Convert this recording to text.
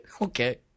Okay